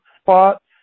spots